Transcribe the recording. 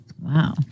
Wow